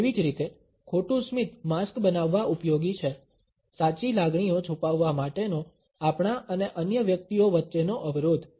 તેવી જ રીતે ખોટું સ્મિત માસ્ક બનાવવા ઉપયોગી છે સાચી લાગણીઓ છુપાવવા માટેનો આપણા અને અન્ય વ્યક્તિઓ વચ્ચેનો અવરોધ